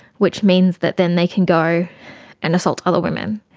which means that then they can go and assault other women.